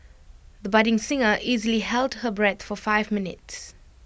the budding singer easily held her breath for five minutes